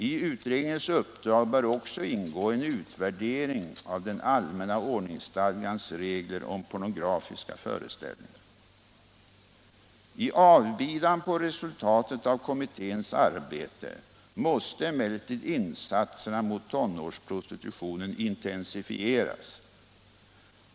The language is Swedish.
I utredningens uppdrag bör också ingå en utvärdering av den allmänna ordningsstadgans regler om pornografiska föreställningar. I avbidan på resultatet av kommitténs arbete måste emellertid insatserna mot tonårsprostitutionen intensifieras.